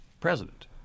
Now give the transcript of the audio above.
president